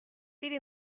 eating